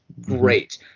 great